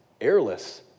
airless